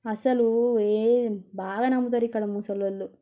అసలు ఏ బాగా నమ్ముతారు ఇక్కడ ముసలోళ్ళు